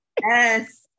yes